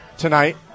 Tonight